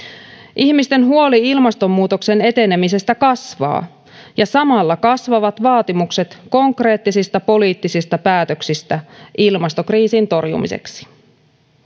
ihmisten huoli ilmastonmuutoksen etenemisestä kasvaa ja samalla kasvavat vaatimukset konkreettisista poliittisista päätöksistä ilmastokriisin torjumiseksi